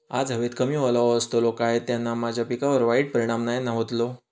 आज हवेत कमी ओलावो असतलो काय त्याना माझ्या पिकावर वाईट परिणाम नाय ना व्हतलो?